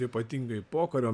ypatingai pokario